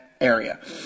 area